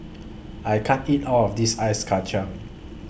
I can't eat All of This Ice Kachang